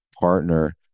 partner